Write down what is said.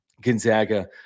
Gonzaga